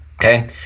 Okay